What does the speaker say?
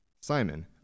Simon